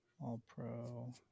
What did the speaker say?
All-Pro